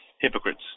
hypocrites